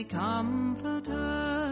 comforter